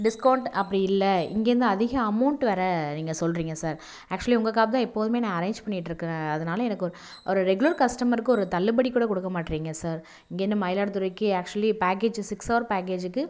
discount அப்படி இல்லை இங்கே இருந்து அதிக அமௌண்ட் வேறு நீங்கள் சொல்றிங்க சார் ஆக்சுவலி உங்கள் கேப் தான் எப்போதும் நான் அரேஞ் பண்ணிகிட்டு இருக்கிறேன் அதனால எனக்கு ஒரு ரெகுலர் கஸ்டமருக்கு ஒரு தள்ளுபடி கூட கொடுக்க மாற்றிங்க சார் இங்கே இருந்து மயிலாடுதுறைக்கு ஆக்சுவலி பேக்கேஜ்ஜி சிக்ஸ் ஹவர் பேக்கேஜிக்கு